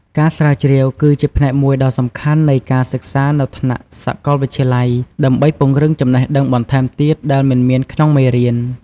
ការស្រាវជ្រាវគឺជាផ្នែកមួយដ៏សំខាន់នៃការសិក្សានៅថ្នាក់សាកលវិទ្យាល័យ ដើម្បីពង្រឹងចំណេះដឹងបន្ថែមទៀតដែលមិនមានក្នុងមេរៀន។